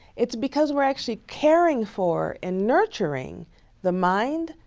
it's because we're actually caring for and nurturing the mind,